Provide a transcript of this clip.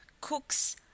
cooks